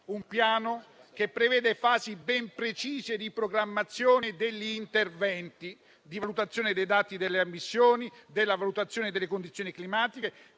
piani prevedono fasi ben precise di programmazione degli interventi, di valutazione dei dati delle emissioni e delle condizioni climatiche,